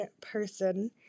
person